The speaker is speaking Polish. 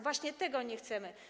Właśnie tego nie chcemy.